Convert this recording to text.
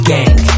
Gang